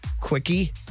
quickie